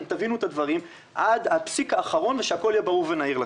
תבינו את הדברים עד הפסיק האחרון ושהכול יהיה ברור ונהיר לכם.